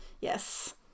Yes